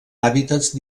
hàbitats